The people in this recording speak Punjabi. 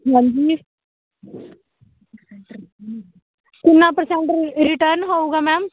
ਹਾਂਜੀ ਕਿੰਨਾ ਪਰਸੈਂਟ ਰਿਟਰਨ ਹੋਵੇਗਾ ਮੈਮ